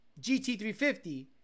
GT350